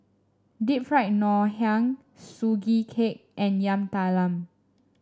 Deep Fried Ngoh Hiang Sugee Cake and Yam Talam